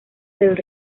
del